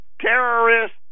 Terrorist